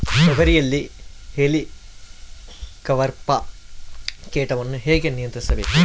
ತೋಗರಿಯಲ್ಲಿ ಹೇಲಿಕವರ್ಪ ಕೇಟವನ್ನು ಹೇಗೆ ನಿಯಂತ್ರಿಸಬೇಕು?